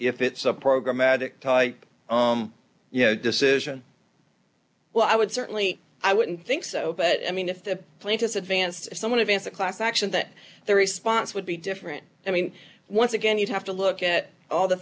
if it's a program addict type you know decision well i would certainly i wouldn't think so but i mean if the plaintiffs advanced someone advance a class action that their response would be different i mean once again you'd have to look at all the